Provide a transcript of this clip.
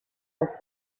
was